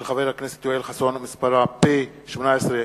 מאת חבר הכנסת משה מטלון וקבוצת חברי הכנסת,